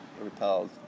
repelled